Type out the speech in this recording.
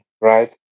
right